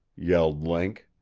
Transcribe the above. yelled link,